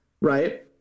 right